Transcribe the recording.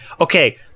okay